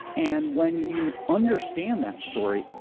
and when you understand that story,